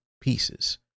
pieces